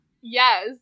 yes